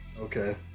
Okay